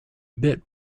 bit